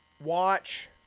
Watch